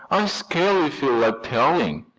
i scarcely feel like telling,